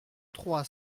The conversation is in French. trois